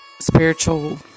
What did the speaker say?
spiritual